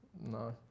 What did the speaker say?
No